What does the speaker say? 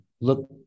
look